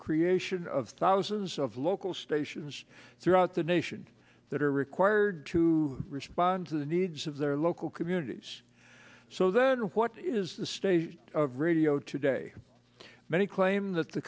creation of thousands of local stations throughout the nation that are required to respond to the needs of their local communities so then what is the state of radio today many claim that the